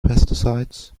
pesticides